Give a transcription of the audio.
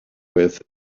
with